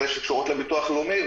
אלה שקשורות לביטוח הלאומי,